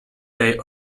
day